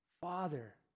father